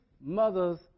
mothers